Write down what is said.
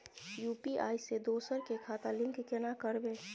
UPI से दोसर के खाता लिंक केना करबे?